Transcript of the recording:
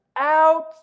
out